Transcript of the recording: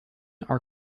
are